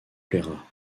plaira